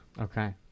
Okay